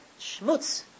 Shmutz